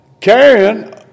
carrying